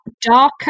darker